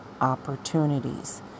opportunities